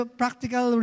practical